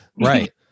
Right